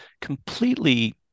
completely